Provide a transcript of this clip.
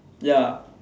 ya